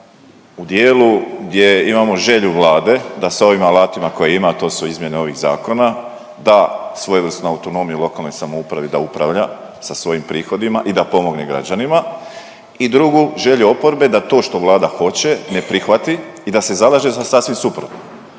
u dijelu gdje imamo želju Vlade da sa ovim alatima koje ima, a to su izmjene ovih zakona da svojevrsnu autonomiju lokalnoj samoupravi da upravlja sa svojim prihodima i da pomogne građanima. I drugu želju oporbe da to što Vlada hoće ne prihvati i da se zalaže za sasvim suprotno